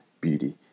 beauty